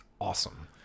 awesome